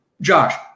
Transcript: Josh